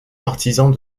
partisans